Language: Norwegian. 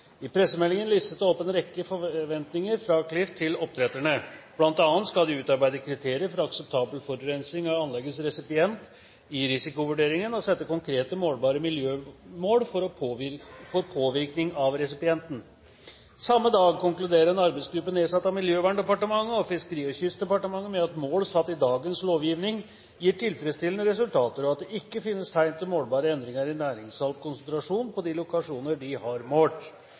i debatten om næringens miljøpåvirkning. Det må derfor være lov til å stille spørsmål om hvorfor en statlig etat må bruke slike virkemidler for å prøve å skaffe seg en stemme i debatten, for samme dag konkluderer en arbeidsgruppe som er nedsatt av Miljøverndepartementet og Fiskeri- og kystdepartementet, med at mål satt i dagens lovgivning gir tilfredsstillende resultater, og at det ikke finnes tegn til målbare endringer i næringssaltkonsentrasjonen på de lokasjoner de har målt.